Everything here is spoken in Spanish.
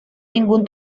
ningún